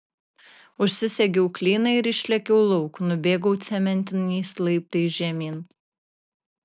užsisegiau klyną ir išlėkiau lauk nubėgau cementiniais laiptais žemyn